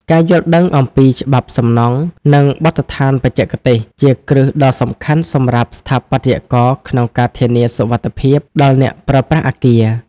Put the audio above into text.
ការយល់ដឹងអំពីច្បាប់សំណង់ និងបទដ្ឋានបច្ចេកទេស ជាគ្រឹះដ៏សំខាន់សម្រាប់ស្ថាបត្យករក្នុងការធានាសុវត្ថិភាពដល់អ្នកប្រើប្រាស់អគារ។